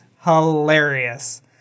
hilarious